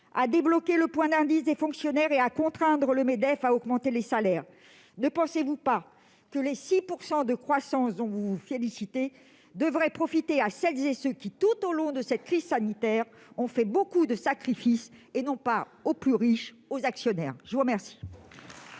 à débloquer le point d'indice des fonctionnaires et à contraindre le Medef, le Mouvement des entreprises de France, à augmenter les salaires ? Ne pensez-vous pas que les 6 % de croissance dont vous vous félicitez devraient profiter à celles et ceux qui, tout au long de cette crise sanitaire, ont fait beaucoup de sacrifices, et non pas aux plus riches, aux actionnaires ? La parole